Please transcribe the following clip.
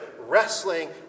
wrestling